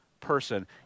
person